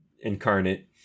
incarnate